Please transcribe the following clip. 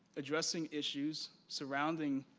addressing issues surrounding